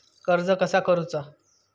कर्ज कसा करूचा?